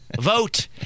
vote